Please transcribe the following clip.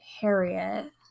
Harriet